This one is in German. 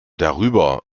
darüber